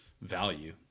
value